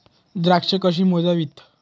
द्राक्षे कशी मोजावीत?